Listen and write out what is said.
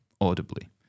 audibly